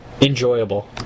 enjoyable